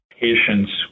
patients